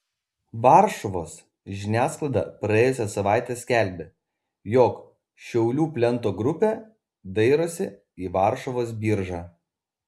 varšuvos žiniasklaida praėjusią savaitę skelbė jog šiaulių plento grupė dairosi į varšuvos biržą